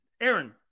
Aaron